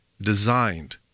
designed